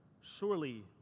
Surely